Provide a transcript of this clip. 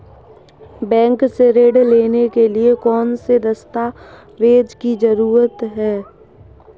Bank से ऋण लेने के लिए कौन से दस्तावेज की जरूरत है?